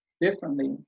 differently